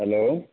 hello